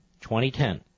...2010